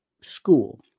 school